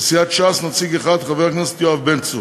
לסיעת ש"ס, נציג אחד, חבר הכנסת יואב בן צור,